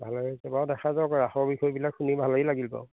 ভালেই হৈছে বাৰু দেখা যাওঁক ৰাসৰ বিষয়বিলাক শুনি ভালেই লাগিল বাৰু